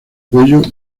cuello